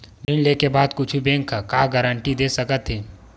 ऋण लेके बाद कुछु बैंक ह का गारेंटी दे सकत हे?